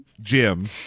Jim